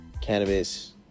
cannabis